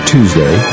Tuesday